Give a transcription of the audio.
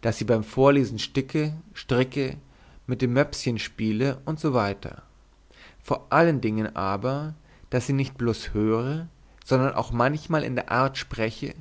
daß sie beim vorlesen sticke stricke mit dem möpschen spiele usw vor allen dingen aber daß sie nicht bloß höre sondern auch manchmal in der art spreche